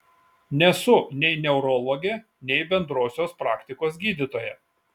nesu nei neurologė nei bendrosios praktikos gydytoja